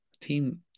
team